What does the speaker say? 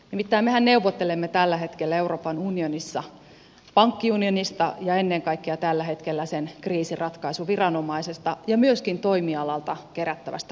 nimittäin mehän neuvottelemme tällä hetkellä euroopan unionissa pankkiunionista ja ennen kaikkea tällä hetkellä sen kriisiratkaisuviranomaisesta ja myöskin toimialalta kerättävästä vakausmaksusta